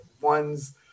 one's